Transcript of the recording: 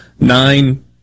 nine